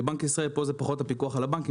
לבנק ישראל - פה זה פחות הפיקוח על הבנקים,